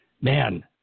Man